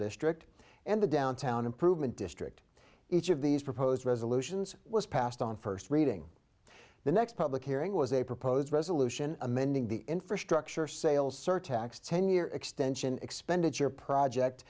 district and the downtown improvement district each of these proposed resolutions was passed on first reading the next public hearing was a proposed resolution amending the infrastructure sales surtax ten year extension expenditure project